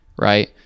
right